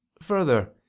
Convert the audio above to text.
Further